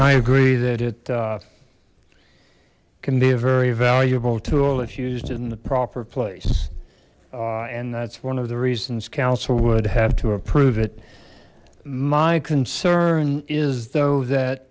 i agree that it can be a very valuable tool that's used in the proper place and that's one of the reasons council would have to approve it my concern is though that